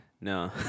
no